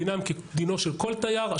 דינם כדינו של כל תייר,